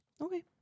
Okay